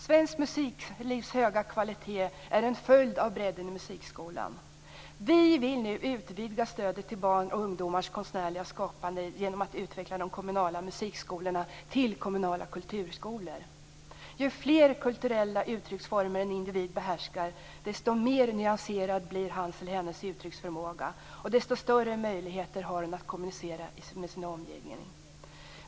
Svensk musiklivs höga kvalitet är en följd av bredden i musikskolan. Vänsterpartiet vill nu utvidga stödet till barns och ungdomars konstnärliga skapande genom att utveckla de kommunala musikskolorna till kommunala kulturskolor. Ju fler kulturella uttrycksformer en individ behärskar, desto mer nyanserad blir hans eller hennes uttrycksförmåga och desto större möjligheter har han eller hon att kommunicera med sin omgivning.